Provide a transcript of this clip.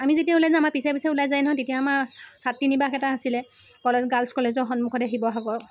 আমি যেতিয়া ওলাই যাওঁ আমাৰ পিছে পিছে ওলাই যান নহয় তেতিয়া আমাৰ ছাত্ৰী নিবাস এটা আছিলে কলে গাৰ্লছ কলেজৰ সন্মুখতে শিৱসাগৰ